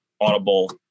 audible